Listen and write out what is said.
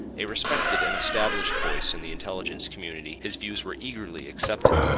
a respected and established voice in the intelligence community, his views were eagerly accepted,